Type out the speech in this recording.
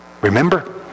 Remember